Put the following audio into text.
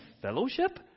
fellowship